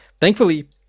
thankfully